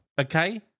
okay